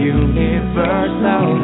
universal